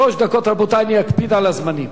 שלוש דקות, רבותי, אני אקפיד על הזמנים.